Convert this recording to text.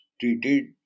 treated